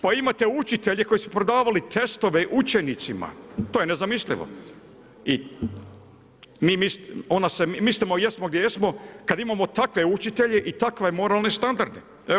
Pa imate učitelje koji prodavali testove učenicima, to je nezamislivo i mi mislimo jesmo gdje jesmo, kad imamo takve učitelje i takve moralne standarde.